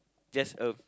just a